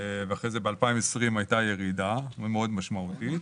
אחר כך בשנת 2020 הייתה ירידה מאוד משמעותית.